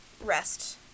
rest